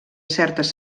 certes